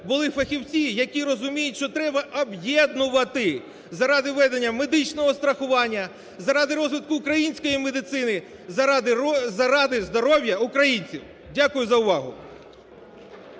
були фахівці, які розуміють, що треба об'єднувати заради введення медичного страхування, заради розвитку української медицини, заради здоров'я українців. Дякую за увагу.